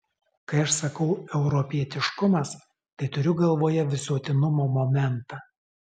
kai aš sakau europietiškumas tai turiu galvoje visuotinumo momentą